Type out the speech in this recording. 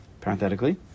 Parenthetically